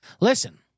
Listen